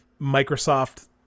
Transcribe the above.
Microsoft